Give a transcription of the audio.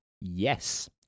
Yes